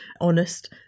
honest